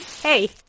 hey